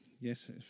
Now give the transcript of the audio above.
Yes